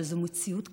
אבל זאת מציאות קיימת,